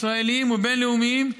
ישראלים ובין-לאומיים,